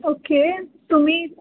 okay तुम्ही